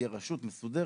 תהיה רשות מסודרת,